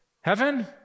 Heaven